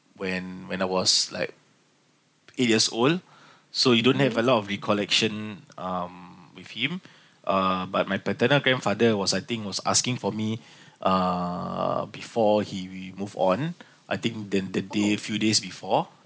when when I was like eight years old so you don't have a lot of recollection um with him uh but my paternal grandfather was I think was asking for me um before he we moved on I think then the day few days before